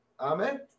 Amen